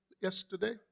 yesterday